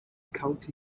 county